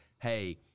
hey